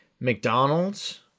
McDonald's